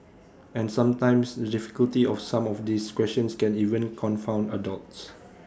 and sometimes the difficulty of some of these questions can even confound adults